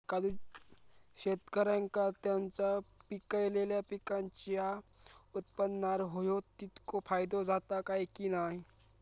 शेतकऱ्यांका त्यांचा पिकयलेल्या पीकांच्या उत्पन्नार होयो तितको फायदो जाता काय की नाय?